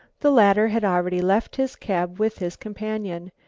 the latter had already left his cab with his companion.